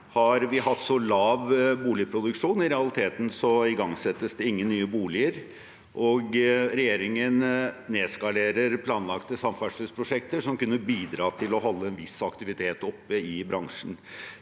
har vi hatt så lav boligproduksjon. I realiteten igangsettes det ingen ny boligbygging, og regjeringen nedskalerer planlagte samferdselsprosjekter som kunne bidratt til å holde en viss aktivitet oppe i bransjen.